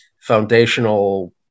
foundational